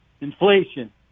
inflation